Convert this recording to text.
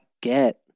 get